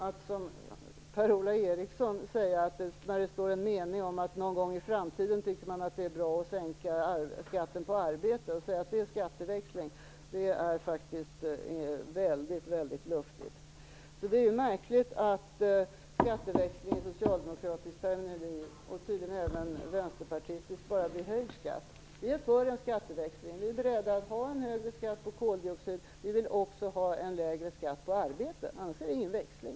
Att som Per-Ola Eriksson säga, att det är skatteväxling när det i en mening står att man någon gång i framtiden tycker att det är bra att sänka skatten på arbete, är väldigt luftigt. Det är märkligt att skatteväxling enligt socialdemokratisk, och tydligen också vänsterpartistisk, terminologi bara betyder höjd skatt. Vi är för en skatteväxling. Vi är beredda att ha en högre skatt på koldioxid. Vi vill också ha en lägre skatt på arbete, annars är det ingen växling.